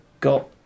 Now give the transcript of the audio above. got